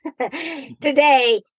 today